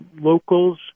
locals